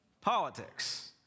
Politics